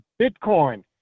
Bitcoin